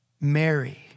Mary